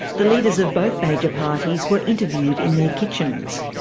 the leaders of both major parties were interviewed in their kitchens.